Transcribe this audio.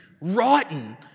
rotten